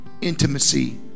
intimacy